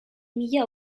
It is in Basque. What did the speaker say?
mila